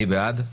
מי בעד?